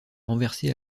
renversé